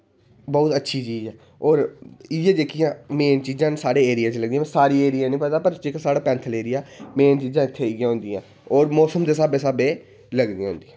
बड़ी अच्छी चीज़ ऐ होर इयै जेह्कियां मेन चीज़ां न साढ़े एरिया च साढ़े एरिया च निं पता ऐ पर जेह्ड़ा साढ़ा पैंथल एरिया मेन चीज़ां उत्थें इयै होंदियां होर मौसम दे स्हाबै स्हाबै लगदियां होंदियां